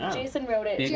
nathan wrote it.